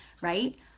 right